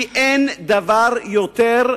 כי אין דבר שיותר